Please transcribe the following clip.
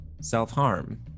self-harm